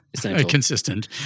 Consistent